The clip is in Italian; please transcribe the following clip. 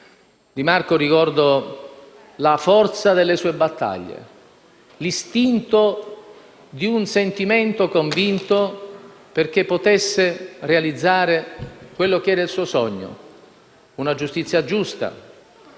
Di Marco ricordo la forza delle sue battaglie, l'istinto di un sentimento convinto volto a realizzare quello che era il suo sogno: una giustizia giusta,